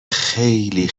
خیلی